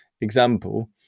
example